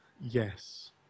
Yes